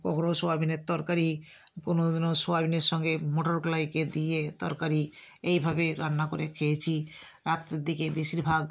কখনও সোয়াবিনের তরকারি কোনোদিনও সোয়াবিনের সঙ্গে মটর কলাইকে দিয়ে তরকারি এইভাবে রান্না করে খেয়েছি রাত্রের দিকে বেশিরভাগ